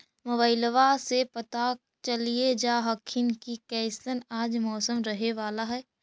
मोबाईलबा से पता चलिये जा हखिन की कैसन आज मौसम रहे बाला है?